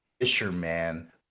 fisherman